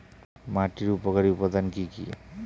মাটির উপকারী উপাদান কি কি?